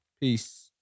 Peace